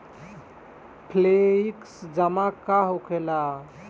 Flexi जमा का होखेला?